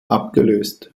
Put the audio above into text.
abgelöst